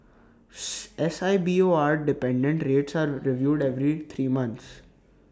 S I B O R dependent rates are reviewed every three months